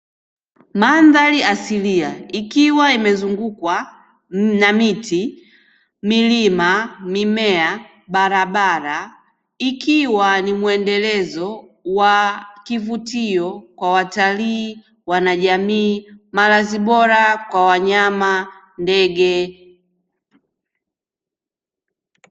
Mandhari asilia ikiwa imezungukwa na miti, milima, mimea, barabara ikiwa ni mwendelezo wa kivutio kwa watalii, wanajamii, malazi bora kwa wanyama ndege.